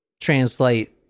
translate